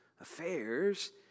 affairs